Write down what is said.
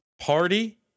Party